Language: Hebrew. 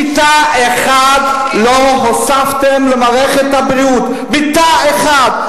מיטה אחת לא הוספתם למערכת הבריאות, מיטה אחת.